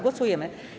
Głosujemy.